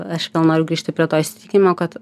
aš vėl noriu grįžti prie to įsitikinimo kad